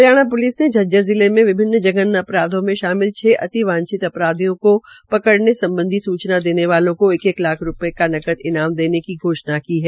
Haryana police ने झज्जर जिले में विभिन्न जघन्य अपराधों में शामिल छ अति वांछित अपराधियों को पकड़ने सम्बधी सूचना देने वालों को एक एक लाख रूपये का नकद इनाम देना की घोषणा की है